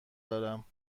دارم